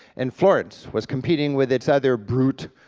and florence was competing with its other brute,